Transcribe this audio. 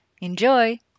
Enjoy